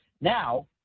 now